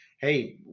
hey